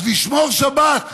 אז לשמור שבת,